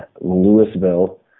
Louisville